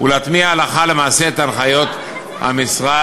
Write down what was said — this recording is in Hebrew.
ולהטמיע הלכה למעשה את הנחיות המשרד